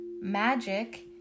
Magic